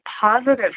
positive